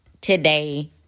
today